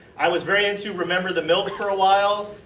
i was very into remember the milk for a while.